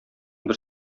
бер